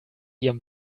ihrem